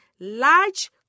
Large